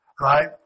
right